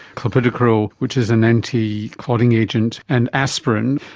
clopidogrel, which is an anticlotting agent, and aspirin,